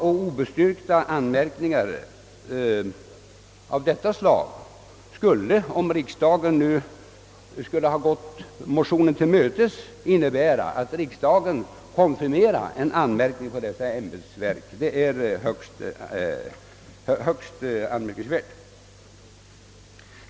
Om riksdagen biträtt motionen skulle alltså dessa allvarliga och obestyrkta beskyllningar mot de två ämbetsverken ha konfirmerats. Det vore högst anmärkningsvärt.